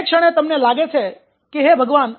જે ક્ષણે તમને લાગે છે કે હે ભગવાન